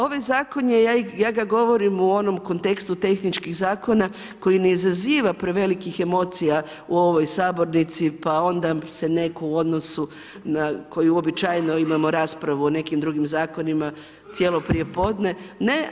Ovaj zakon, ja ga govorim o onom kontekstu tehničkih zakona, koji ne izaziva prevelikih emocija u ovoj sabornici pa onda se netko u odnosu, na, koju uobičajenu imamo raspravu, o nekim drugim zakonima, cijelo prije podne, ne.